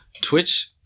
Twitch